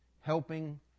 helping